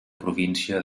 província